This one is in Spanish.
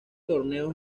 torneo